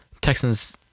Texans